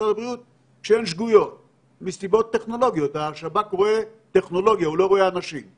אין ין ספק שמדובר בכמות ענקית של אנשים,